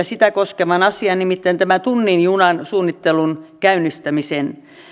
sitä koskevan asian nimittäin tämän tunnin junan suunnittelun käynnistämisen